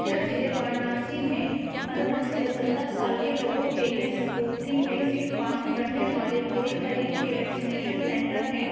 کیا ضلع وارناسی میں پندرہ سے سترہ سال کے لوگوں کے لیے سپوتن ویکسین فراہم کرنے والا کوئی قریب کے ویکسینیشن سینٹر ہیں